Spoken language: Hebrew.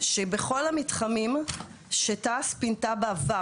שבכל המתחמים שתעש פינתה בעבר,